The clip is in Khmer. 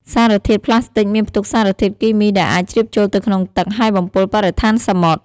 សារធាតុប្លាស្ទិកមានផ្ទុកសារធាតុគីមីដែលអាចជ្រាបចូលទៅក្នុងទឹក ហើយបំពុលបរិស្ថានសមុទ្រ។